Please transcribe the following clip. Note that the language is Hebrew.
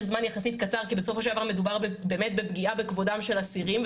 זמן יחסית קצר כי בסופו של דבר מדובר באמת בפגיעה בכבודם של אסירים,